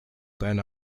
deine